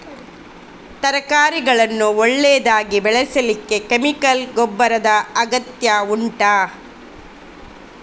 ತರಕಾರಿಗಳನ್ನು ಒಳ್ಳೆಯದಾಗಿ ಬೆಳೆಸಲಿಕ್ಕೆ ಕೆಮಿಕಲ್ ಗೊಬ್ಬರದ ಅಗತ್ಯ ಉಂಟಾ